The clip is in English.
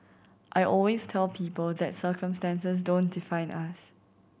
I always tell people that circumstances don't define us